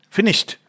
Finished